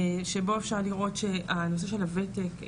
שבו אפשר לראות שהנושא של הותק,